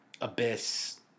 Abyss